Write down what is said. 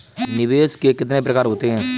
निवेश के कितने प्रकार होते हैं?